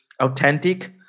authentic